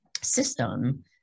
system